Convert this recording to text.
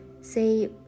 say